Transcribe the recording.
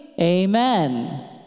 Amen